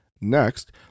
Next